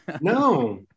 No